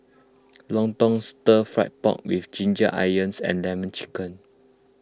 Lontong Stir Fried Pork with Ginger Onions and Lemon Chicken